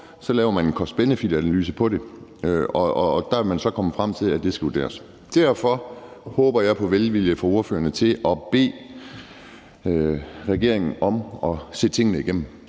Så laver man en cost-benefit-analyse af det, og der er man så kommet frem til, at det skal vurderes. Derfor håber jeg på velvilje fra ordførerne til at bede regeringen om at se tingene igennem